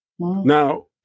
Now